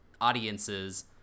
audiences